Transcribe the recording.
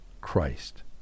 Christ